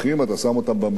אתה שם אותם במגירה,